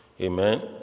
amen